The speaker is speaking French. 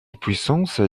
puissance